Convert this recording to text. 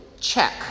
Check